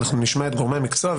אנחנו נשמע את גורמי המקצוע,